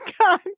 god